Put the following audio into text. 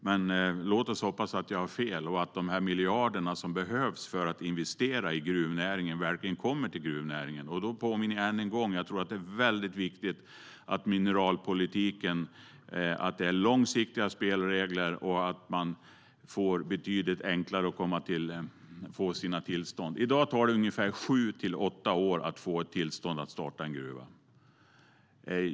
Men låt oss hoppas att jag har fel och att de miljarder som behövs för att investera i gruvnäringen verkligen kommer till gruvnäringen. Då påminner jag än en gång om att jag tror att det är väldigt viktigt att det i mineralpolitiken är långsiktiga spelregler och att det blir betydligt enklare att få sina tillstånd.I dag tar det ungefär sju till åtta år att få tillstånd att starta en gruva.